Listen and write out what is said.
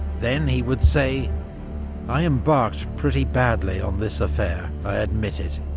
then, he would say i embarked pretty badly on this affair, i admit it.